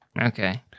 Okay